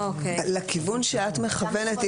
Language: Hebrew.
לכיוון אליו את מכוונת,